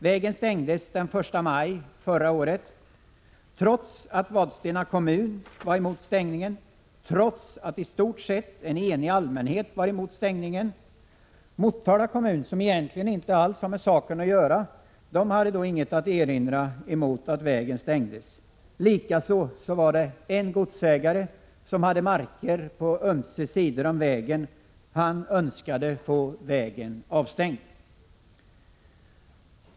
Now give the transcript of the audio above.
Vägen stängdes den 1 maj förra året, trots att Vadstena kommun var emot stängningen och trots att i stort sett en enig allmänhet var emot stängningen. Motala kommun, som egentligen inte alls har med saken att göra, hade inget att erinra emot att vägen stängdes. Likaså var det en godsägare som hade marker på ömse sidor om vägen som önskade få den avstängd.